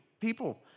people